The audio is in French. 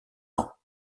ans